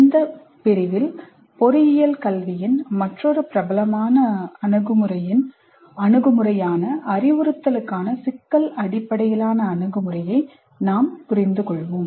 இந்த பிரிவில் பொறியியல் கல்வியின் மற்றொரு பிரபலமான அணுகுமுறையான அறிவுறுத்தலுக்கான சிக்கல் அடிப்படையிலான அணுகுமுறையை நாம் புரிந்துகொள்வோம்